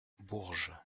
bourges